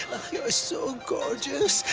you are so gorgeous.